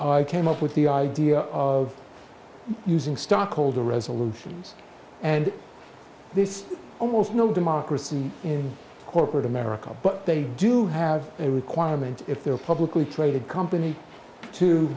i came up with the idea of using stockholder resolutions and this almost no democracy in corporate america but they do have a requirement if they're a publicly traded company to